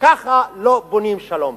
ככה לא בונים שלום.